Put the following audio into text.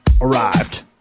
arrived